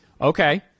Okay